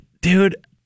dude